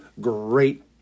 Great